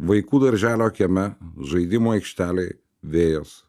vaikų darželio kieme žaidimų aikštelėj vėjas